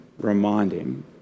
reminding